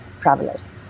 travelers